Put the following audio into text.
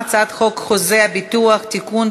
הצעת חוק נכי רדיפות הנאצים (תיקון,